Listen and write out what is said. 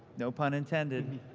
no pun intended.